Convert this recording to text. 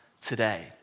today